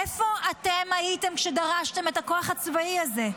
איפה אתם הייתם שדרשתם את הכוח הצבאי הזה?